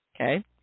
Okay